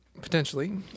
Potentially